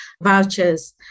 vouchers